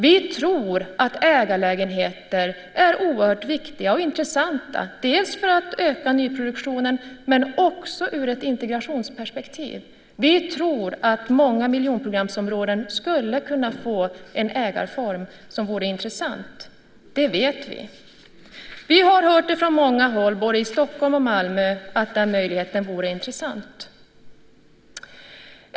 Vi tror att ägarlägenheter är oerhört viktiga och intressanta, dels för att öka nyproduktionen, dels ur ett integrationsperspektiv. Vi tror att många miljonprogramsområden skulle kunna få en ägarform som vore intressant. Det vet vi. Vi har hört från många håll, både i Stockholm och Malmö, att den möjligheten vore intressant.